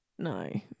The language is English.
No